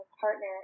partner